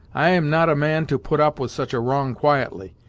i am not a man to put up with such a wrong quietly,